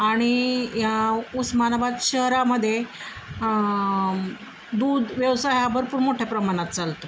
आणि या उस्मानाबाद शहरामध्ये दूध व्यवसाय हा भरपूर मोठ्या प्रमाणात चालतो